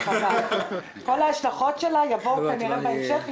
כל ההשלכות שלה יבואו בהמשך.